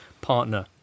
partner